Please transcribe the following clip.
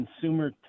consumer